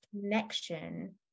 connection